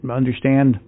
understand